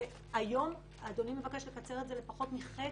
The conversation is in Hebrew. היום אדוני מבקש לפצל את זה לפחות מחצי.